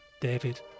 david